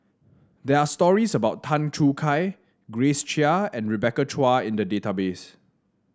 there are stories about Tan Choo Kai Grace Chia and Rebecca Chua in the database